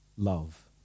Love